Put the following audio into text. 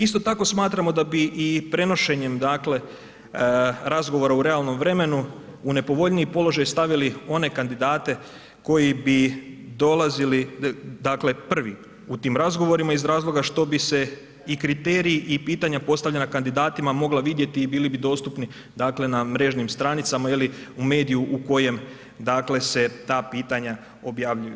Isto tako smatramo da bi i prenošenjem dakle razgovora u realnom vremenu u nepovoljniji položaj stavili one kandidate koji bi dolazili dakle prvi u tim razgovorima iz razloga što bi se i kriteriji i pitanja postavljena kandidatima mogla vidjeti i bili bi dostupni dakle na mrežnim stranicama ili u mediju u kojem dakle se ta pitanja objavljuju.